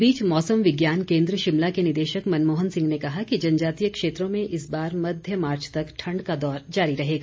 इस बीच मौसम विज्ञान केंद्र शिमला के निदेशक मनमोहन सिंह ने कहा कि जनजातीय क्षेत्रों में इस बार मध्य मार्च तक ठंड का दौर जारी रहेगा